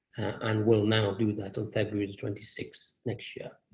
and will now do that on february twenty six next year.